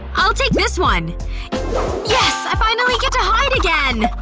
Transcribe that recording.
i'll take this one yes! i finally get to hide again!